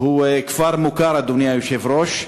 הוא כפר מוכר, אדוני היושב-ראש,